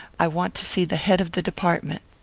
i want to see the head of the department.